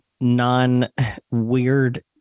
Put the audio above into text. non-weird